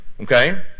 Okay